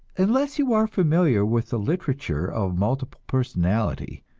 unless you are familiar with the literature of multiple personality,